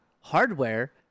hardware